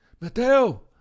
Mateo